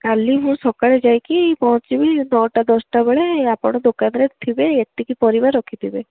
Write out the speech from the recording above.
କାଲି ମୁଁ ସକାଳେ ଯାଇକି ପହଞ୍ଚିବି ନଅଟା ଦଶଟା ବେଳେ ଆପଣ ଦୋକାନରେ ଥିବେ ଏତିକି ପରିବା ରଖିଥିବେ